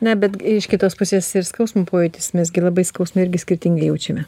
na bet iš kitos pusės ir skausmo pojūtis mes gi labai skausmą irgi skirtingai jaučiame